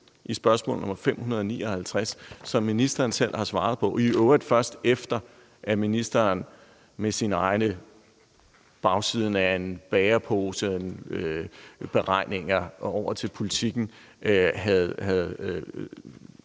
i spørgsmål nr. 559, som ministeren selv har svaret på, i øvrigt først efter at ministeren med sine egne beregninger til Politiken på